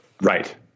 Right